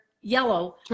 yellow